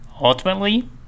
ultimately